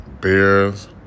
Bears